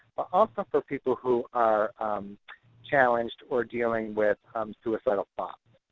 also for people who are challenged or dealing with um suicidal thoughts.